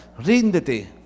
Ríndete